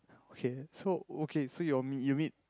okay so okay so your you meet